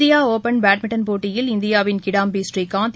India Open badminton போட்டியில் இந்தியாவின் கிடாம்பி ஸ்ரீகாந்த்